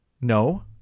No